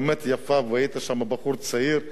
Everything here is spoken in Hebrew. היית שם בחור צעיר במדים,